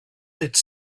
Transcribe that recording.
its